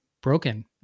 broken